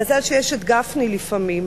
מזל שיש גפני לפעמים.